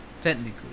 Technically